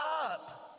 up